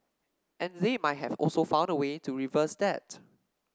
and they might have also found a way to reverse that